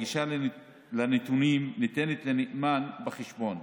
הגישה לנתונים ניתנת לנאמן בחשבון,